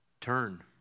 turn